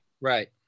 right